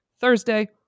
Thursday